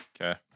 Okay